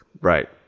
Right